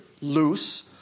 loose